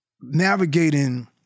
navigating